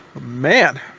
man